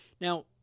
Now